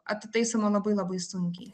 atitaisoma labai labai sunkiai